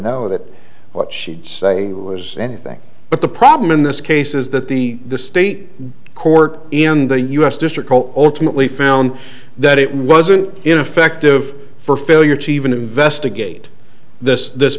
know that what she'd say was anything but the problem in this case is that the the state court in the u s district will ultimately found that it wasn't ineffective for failure to even investigate this this